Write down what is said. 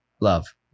love